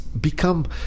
become